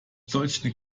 solch